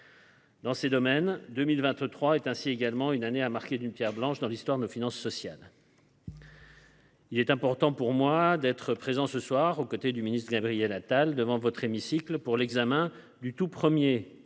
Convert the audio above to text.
Dans ces domaines, 2023 est ainsi également une année à marquer d’une pierre blanche dans l’histoire de nos finances sociales. Il est important pour moi d’être présent ce soir, aux côtés de Gabriel Attal, ministre délégué chargé des comptes